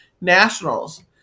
nationals